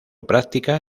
práctica